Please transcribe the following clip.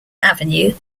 avenue